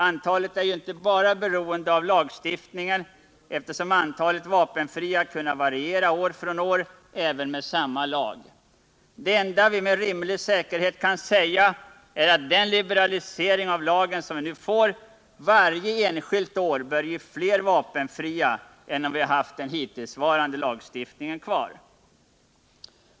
Antalet är ju inte bara beroende av lagstiftningen —- eftersom antalet vapenfria kunnat variera år från år, även fast man använt samma lag. Det enda vi med säkerhet kan säga är att den liberaliserade lagen varje enskilt år bör ge fler vapenfria än om vi haft den hittillsvarande lagen kvar.